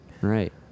Right